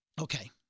Okay